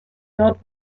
dort